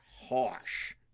harsh